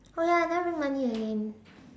oh ya I never bring money again